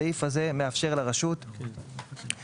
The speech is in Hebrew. הסעיף הזה מאפשר לרשות לפטור